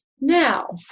now